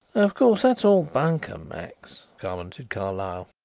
of course that's all bunkum, max commented carlyle.